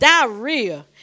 diarrhea